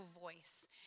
voice